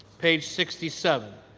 page sixty seven,